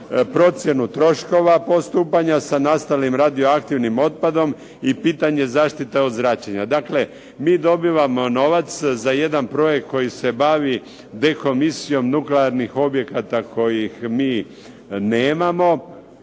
procjenu troškova postupanja sa nastalim radioaktivnim otpadom i pitanje zaštite od zračenja." Dakle, mi dobivamo novac za jedan projekt koji se bavi dekomisijom nuklearnih objekata kojih mi nemamo.